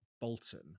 Bolton